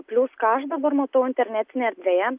plius ką aš dabar matau internetinėje erdvėje